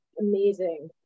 amazing